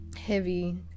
heavy